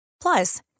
Plus